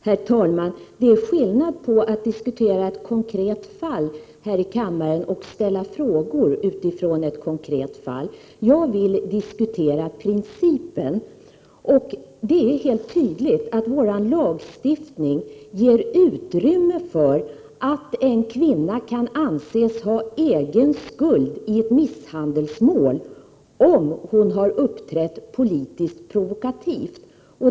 Herr talman! Det är skillnad på att här i kammaren diskutera ett konkret fall och att ställa frågor utifrån detta konkreta fall. Jag vill diskutera principen. Det är helt tydligt att vår lagstiftning ger utrymme för att en kvinna kan anses ha egen skuld i ett misshandelsmål, om hon har uppträtt politiskt provokativt.